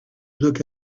look